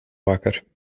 wakker